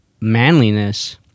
manliness